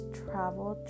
travel